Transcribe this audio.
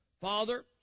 Father